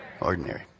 ordinary